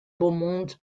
beaumont